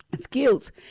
skills